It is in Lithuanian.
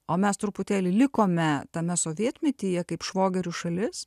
o mes truputėlį likome tame sovietmetyje kaip švogerių šalis